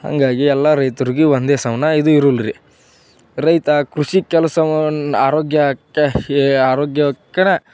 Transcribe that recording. ಹಾಗಾಗಿ ಎಲ್ಲ ರೈತ್ರುಗೆ ಒಂದೇ ಸಮ್ನೆ ಇದು ಇರುಲ್ಲ ರಿ ರೈತ ಕೃಷಿ ಕೆಲಸವನ್ನು ಆರೋಗ್ಯಕ್ಕೆ ಈ ಆರೋಗ್ಯಕರ